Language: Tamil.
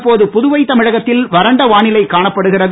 தற்போது புதுவை தமிழகத்தில் வறண்ட வானிலை காணப்படுகிறது